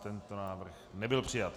Tento návrh nebyl přijat.